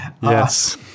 Yes